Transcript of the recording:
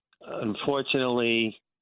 unfortunately